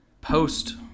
post